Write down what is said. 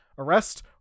arrest